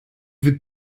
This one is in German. wir